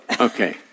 Okay